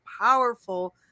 powerful